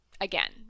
again